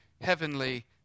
heavenly